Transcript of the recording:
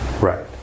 Right